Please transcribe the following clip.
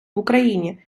україні